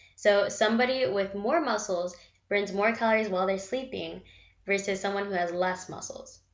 so somebody with more muscles burns more calories while they're sleeping versus someone who has less muscles.